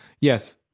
yes